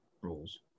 rules